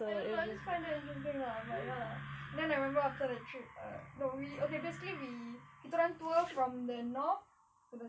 ya I don't know I just find it interesting lah but ya lah then I remember after the trip we basically we kita orang tour from the north